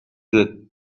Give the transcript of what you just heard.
good